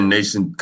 Nation